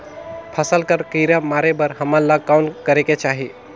फसल कर कीरा ला मारे बर हमन ला कौन करेके चाही?